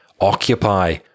Occupy